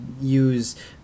use